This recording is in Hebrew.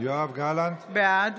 בעד